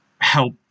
help